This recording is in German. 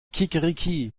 kikeriki